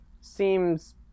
Seems